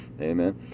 Amen